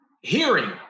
hearing